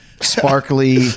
sparkly